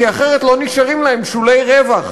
כי אחרת לא נשארים להם שולי רווח.